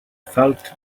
felt